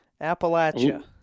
Appalachia